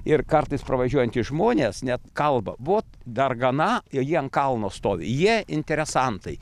ir kartais pravažiuojantys žmonės net kalba vot dargana ir jie ant kalno stovi jie interesantai